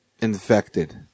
infected